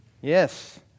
Yes